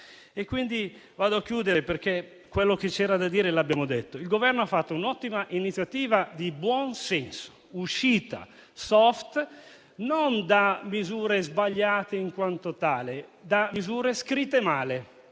conclusione, perché quello che c'era da dire lo abbiamo detto, il Governo ha preso una ottima iniziativa, di buon senso, con una uscita *soft*, non da misure sbagliate in quanto tali, ma da misure scritte male.